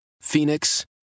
Phoenix